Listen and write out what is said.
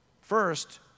First